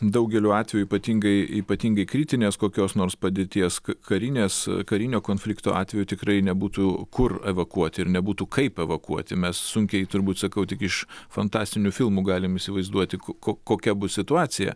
daugeliu atvejų ypatingai ypatingai kritinės kokios nors padėties karinės karinio konflikto atveju tikrai nebūtų kur evakuoti ir nebūtų kaip evakuoti mes sunkiai turbūt sakau tik iš fantastinių filmų galim įsivaizduoti ko kokia bus situacija